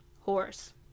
horse